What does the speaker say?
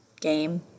game